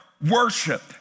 worship